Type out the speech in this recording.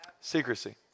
Secrecy